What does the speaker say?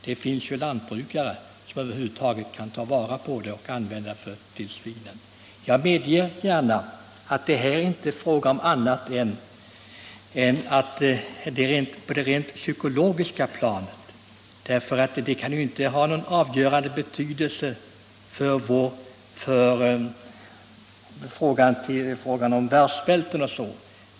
Det finns ju lantbrukare som kan ta emot det och använda det för svinen. Jag medger gärna att frågan inte gäller annat än problem på det psykologiska planet. Detta kan ju inte ha någon avgörande betydelse när det gäller världssvälten.